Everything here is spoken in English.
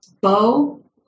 Bo